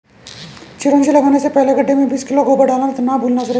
चिरौंजी लगाने से पहले गड्ढे में बीस किलो गोबर डालना ना भूलना सुरेश